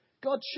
God